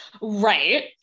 Right